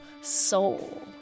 soul